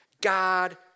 God